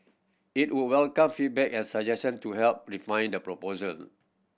it would welcome feedback and suggestion to help refine the proposal